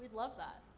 love that.